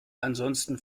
ansonsten